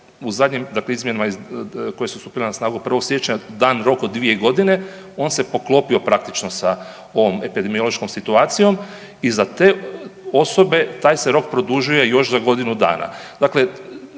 u zadnjim, dakle izmjenama koje su stupile na snagu 1. siječnja dan rok od 2.g., on se poklopio praktično sa ovom epidemiološkom situacijom i za te osobe taj se rok produžuje još za godinu.